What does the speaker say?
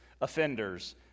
offenders